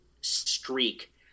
streak –